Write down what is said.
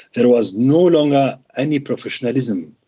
there was no longer any professionalism.